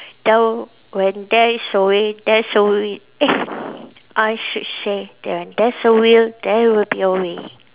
there will when there is a way there is a will eh I should say when there's a will there will be a way